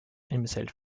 himself